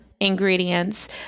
ingredients